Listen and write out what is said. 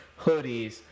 hoodies